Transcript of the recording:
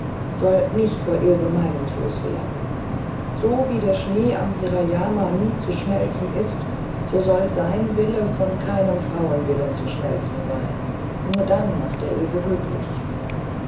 soll nicht vor ilse meinungslos werden so wie der schnee am hirayama nie zu schmelzen ist so soll sein wille von keinem frauenwillen zu schmelzen sein nur dann macht er ilse glücklich